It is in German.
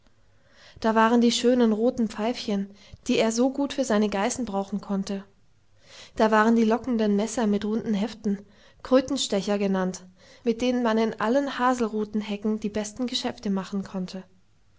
da waren die schönen roten pfeifchen die er so gut für seine geißen brauchen konnte da waren die lockenden messer mit runden heften krötenstecher genannt mit denen man in allen haselrutenhecken die besten geschäfte machen konnte